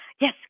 yes